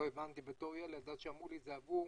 לא הבנתי בתור ילד אז שאמרו לי שזה עבור